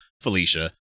Felicia